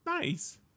Nice